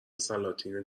سلاطین